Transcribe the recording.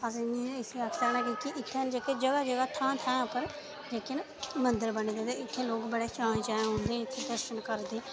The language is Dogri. इसी अस आक्खी सकनें जेह्के जगह् जगह् थां थां उप्पर जेह्के न मंदर बने न इत्थै लोक बड़े चाएं चाएंऔंदे न दर्शन करदे